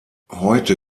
heute